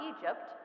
Egypt